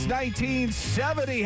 1970